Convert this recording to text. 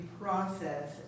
process